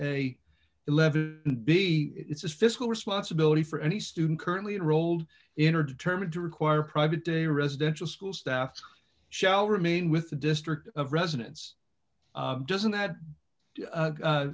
and eleven b it's a fiscal responsibility for any student currently enrolled in or determined to require private day residential school staff shall remain with the district of residence doesn't that